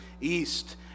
East